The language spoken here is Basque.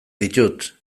ditut